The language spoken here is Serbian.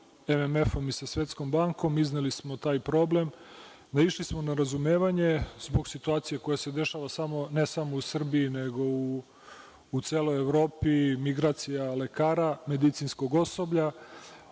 MMF i sa Svetskom bankom, izneli smo taj problem. Naišli smo na razumevanje zbog situacije koja se dešava, ne samo u Srbiji, nego u celoj Evropi, migracija lekara i medicinskog osoblja.